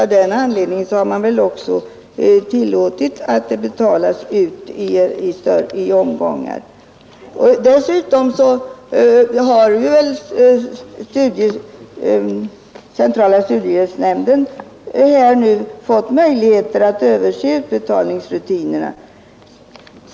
Av den anledningen har man också tillåtit att medlen utbetalats i omgångar med större belopp. Dessutom har centrala studiehjälpsnämnden fått möjlig heter att se över utbetalningsrutinerna.